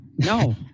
No